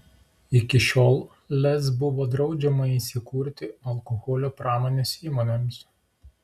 iki šiol lez buvo draudžiama įsikurti alkoholio pramonės įmonėms